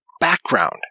background